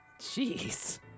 Jeez